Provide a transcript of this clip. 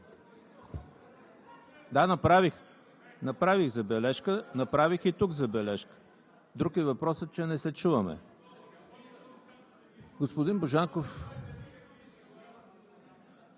Да, направих забележка. Направих и тук забележка. Друг е въпросът, че не се чуваме. Господин Божанков